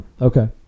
Okay